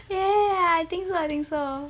ya I think so I think so